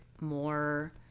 more